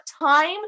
time